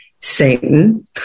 Satan